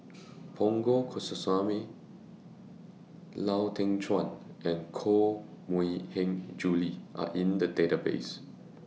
Punch Coomaraswamy Lau Teng Chuan and Koh Mui Hiang Julie Are in The Database